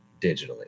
digitally